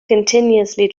continuously